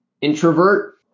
introvert